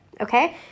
okay